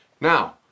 Now